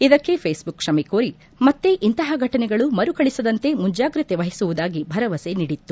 ಇದಕ್ಕೆ ಫೇಸ್ಬುಕ್ ಕ್ಷಮೆ ಕೋರಿ ಮತ್ತೆ ಇಂತಹ ಘಟನೆಗಳು ಮರುಕಳಿಸದಂತೆ ಮುಂಜಾಗ್ರತೆ ವಹಿಸುವುದಾಗಿ ಭರವಸೆ ನೀಡಿತ್ತು